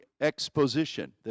exposition